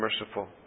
merciful